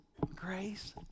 Grace